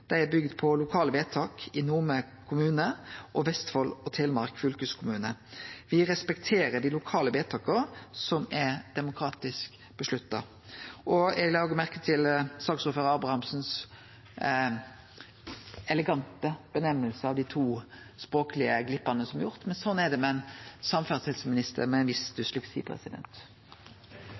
er bygd på lokale vedtak i Nome kommune og i Vestfold og Telemark fylkeskommune. Det respekterer dei lokale vedtaka som er demokratisk bestemte. Eg la òg merke til saksordførar Sundbø Abrahamsens elegante korreksjon av dei to språklege gleppane som er gjorde. Sånn er det med ein samferdselsminister med ein viss dysleksi.